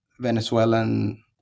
Venezuelan